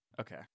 Okay